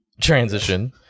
Transition